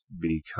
become